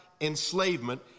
enslavement